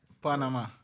Panama